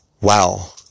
wow